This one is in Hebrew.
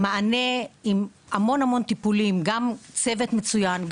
מענה עם המון טיפולים: גם צוות מצוין,